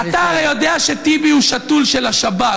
אתה הרי יודע שטיבי הוא שתול של השב"כ,